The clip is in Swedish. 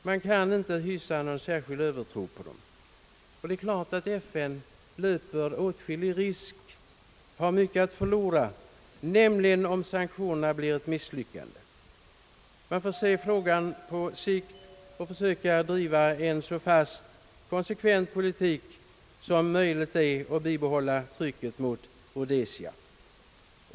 Man kan inte hysa någon särskild övertro på dem. Det är klart att FN löper åtskillig risk och har mycket att förlora, nämligen om sanktionerna blir ett misslyckande. Man får se frågan på sikt, försöka driva en så fast och konsekvent politik som möjligt och bibehålla trycket mot Rhodesia.